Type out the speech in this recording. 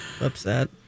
upset